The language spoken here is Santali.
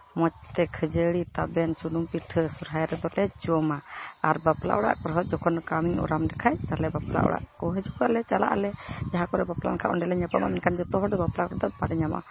ᱢᱚᱡᱽ ᱛᱮ ᱠᱷᱟᱹᱡᱟᱹᱲᱤ ᱛᱟᱵᱮᱱ ᱥᱩᱱᱩᱢ ᱯᱤᱴᱷᱟᱹ ᱥᱚᱨᱦᱟᱭ ᱨᱮᱫᱚᱞᱮ ᱡᱚᱢᱟ ᱟᱨ ᱵᱟᱯᱞᱟ ᱚᱲᱟᱜ ᱠᱚᱨᱮ ᱦᱚᱸ ᱡᱚᱠᱷᱚᱱ ᱠᱟᱹᱢᱤ ᱚᱨᱟᱢ ᱞᱮᱠᱷᱟᱡ ᱛᱟᱞᱦᱮ ᱵᱟᱯᱞᱟ ᱚᱲᱟᱜ ᱠᱚᱨᱮ ᱦᱚᱸ ᱡᱚᱠᱷᱚᱡ ᱪᱟᱞᱟᱜᱼᱟᱞᱮ ᱡᱟᱦᱟᱸ ᱠᱚᱨᱮ ᱵᱟᱯᱞᱟ ᱦᱩᱭ ᱞᱮᱱᱠᱷᱟᱡ ᱚᱸᱰᱮ ᱞᱮ ᱧᱟᱯᱟᱢᱟ ᱢᱮᱱᱠᱷᱟᱱ ᱡᱚᱛᱚ ᱦᱚᱲ ᱫᱚ ᱵᱟᱯᱞᱟ ᱨᱚᱫᱚ ᱵᱟᱞᱮ ᱧᱟᱢᱚᱜᱼᱟ